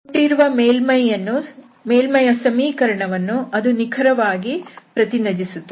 ಕೊಟ್ಟಿರುವ ಮೇಲ್ಮೈಯ ಸಮೀಕರಣವನ್ನು ಅದು ನಿಖರವಾಗಿ ಪ್ರತಿನಿಧಿಸುತ್ತದೆ